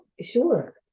Sure